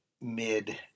mid